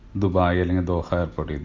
dubai or like and doha airport.